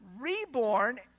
reborn